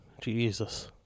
Jesus